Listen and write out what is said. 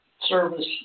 service